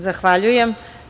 Zahvaljujem.